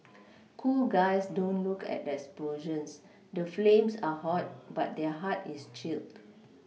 cool guys don't look at explosions the flames are hot but their heart is chilled